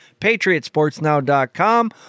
PatriotSportsNow.com